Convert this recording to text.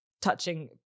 touching